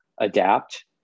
adapt